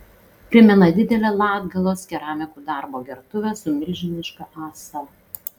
primena didelę latgalos keramikų darbo gertuvę su milžiniška ąsa